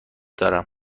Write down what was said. دارم